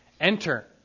Enter